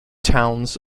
towns